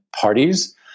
parties